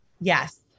Yes